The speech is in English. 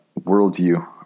worldview